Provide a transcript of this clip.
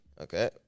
Okay